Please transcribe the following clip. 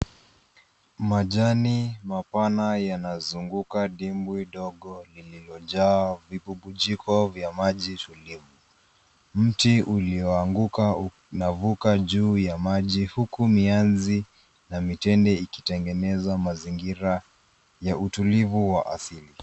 Majani mapana yanazunguka dimbwi dogo lililojaa vibubujiko vya maji tulivu. Mti ulioanguka unavuka juu ya maji huku mianzi na mitende ikitengeneza mazingira ya utulivu wa asili.